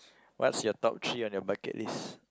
what's your top three on your bucket list